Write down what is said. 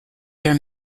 their